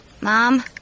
Mom